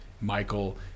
Michael